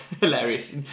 hilarious